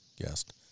guest